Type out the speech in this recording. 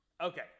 Okay